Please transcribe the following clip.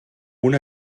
una